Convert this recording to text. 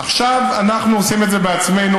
עכשיו אנחנו עושים את זה בעצמנו.